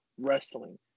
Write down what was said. wrestling